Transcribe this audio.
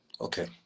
okay